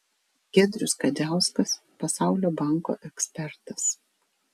giedrius kadziauskas pasaulio banko ekspertas